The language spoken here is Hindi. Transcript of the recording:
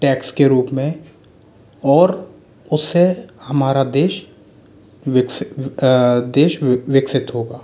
टैक्स के रूप में और उससे हमारा देश विकसित देश विक विकसित होगा